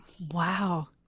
Wow